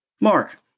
Mark